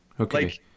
Okay